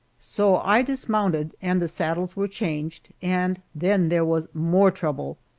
so i dismounted and the saddles were changed, and then there was more trouble.